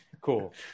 Cool